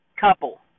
couple